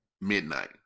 Midnight